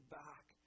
back